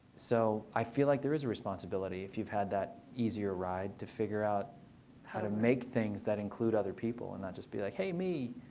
so i feel like there is a responsibility if you've had that easier ride to figure out how to make things that include other people, and not just be like, hey, me!